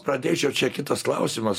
pradėčiau čia kitas klausimas